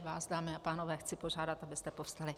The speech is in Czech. Vás, dámy a pánové, chci požádat, abyste povstali.